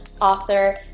author